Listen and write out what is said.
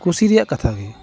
ᱠᱩᱥᱤ ᱨᱮᱭᱟᱜ ᱠᱟᱛᱷᱟᱜᱮ